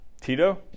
Tito